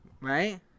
Right